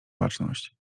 baczność